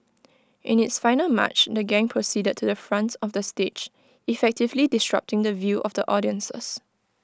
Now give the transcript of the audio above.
in its final March the gang proceeded to the front of the stage effectively disrupting the view of the audiences